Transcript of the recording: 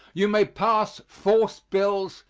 you may pass force bills,